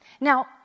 Now